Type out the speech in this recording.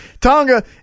Tonga